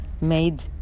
made